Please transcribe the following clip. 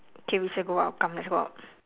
K we should go out come let's go out